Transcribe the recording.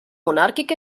monàrquic